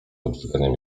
obrzydzeniem